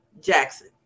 Jackson